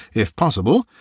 if possible,